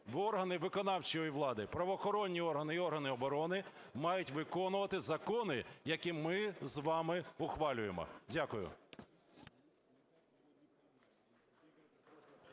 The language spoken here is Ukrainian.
ргани виконавчої влади, правоохоронні органи і органи оборони мають виконувати закони, які ми з вами ухвалюємо. Дякую.